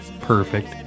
perfect